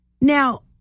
Now